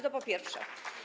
To po pierwsze.